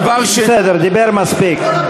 בסדר, דיבר מספיק.